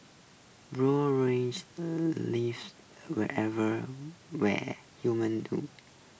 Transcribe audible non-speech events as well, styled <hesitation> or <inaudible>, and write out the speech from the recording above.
brown riching <hesitation> lives everywhere where humans do